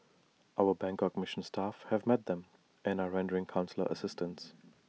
our Bangkok mission staff have met them and are rendering consular assistance